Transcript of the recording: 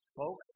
Folks